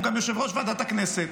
הוא גם יושב-ראש ועדת הכנסת.